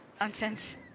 Nonsense